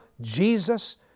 Jesus